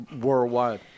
worldwide